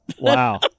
Wow